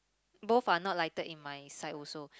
both are not lighted in my side also